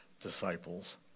disciples